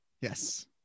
Yes